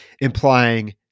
Implying